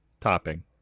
topping